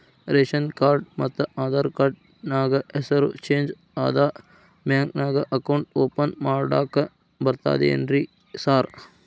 Ration card ಮತ್ತ Aadhaar card ನ್ಯಾಗ ಹೆಸರು ಚೇಂಜ್ ಅದಾ ಬ್ಯಾಂಕಿನ್ಯಾಗ ಅಕೌಂಟ್ ಓಪನ್ ಮಾಡಾಕ ಬರ್ತಾದೇನ್ರಿ ಸಾರ್?